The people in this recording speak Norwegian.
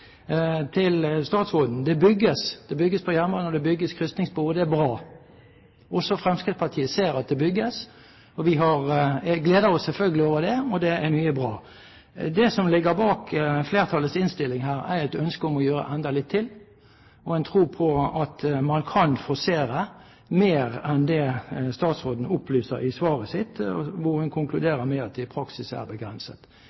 Til statsråden: Det bygges – det bygges på jernbane, og det bygges krysningsspor. Det er bra. Også Fremskrittspartiet ser at det bygges. Vi gleder oss selvfølgelig over det, og det er mye bra. Det som ligger bak flertallets innstilling her, er et ønske om å gjøre enda litt til, og en tro på at man kan forsere mer enn det statsråden opplyser i svaret sitt, hvor hun